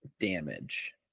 damage